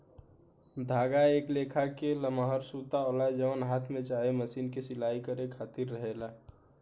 धागा एक लेखा के लमहर सूता होला जवन हाथ से चाहे मशीन से सिलाई करे खातिर सही रहेला